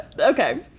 Okay